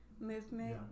movement